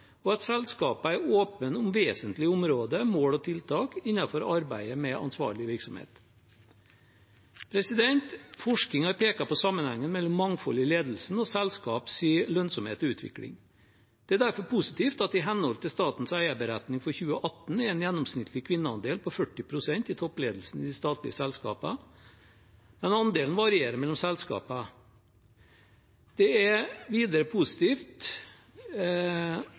og at selskapene er åpne om vesentlige områder, mål og tiltak innenfor arbeidet med ansvarlig virksomhet. Forskning har pekt på sammenhengen mellom mangfold i ledelsen og selskapets lønnsomhet og utvikling. Det er derfor positivt at i henhold til statens eierberetning for 2018 er det en gjennomsnittlig kvinneandel på 40 pst. i toppledelsen i statlige selskaper. Andelen varierer mellom selskapene. Det er videre positivt